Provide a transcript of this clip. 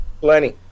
Plenty